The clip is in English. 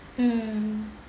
mm